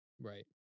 Right